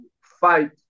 fight